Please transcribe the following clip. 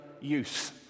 use